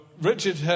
Richard